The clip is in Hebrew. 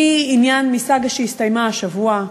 מעניין, סאגה שהסתיימה השבוע,